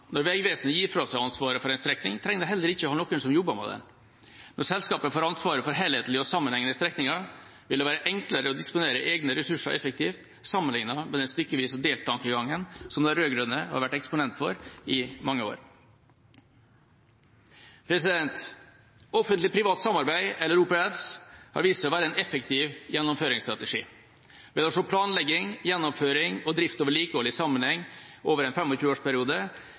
Når Vegvesenet gir fra seg ansvaret for en strekning, trenger de heller ikke å ha noen som jobber med det. Når selskapet får ansvaret for helhetlige og sammenhengende strekninger, vil det være enklere å disponere egne ressurser effektivt sammenlignet med den stykkevis-og-delt-tankegangen som de rød-grønne har vært eksponent for i mange år. Offentlig–privat samarbeid, eller OPS, har vist seg å være en effektiv gjennomføringsstrategi. Å se planlegging, gjennomføring og drift og vedlikehold i sammenheng over en